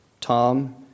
Tom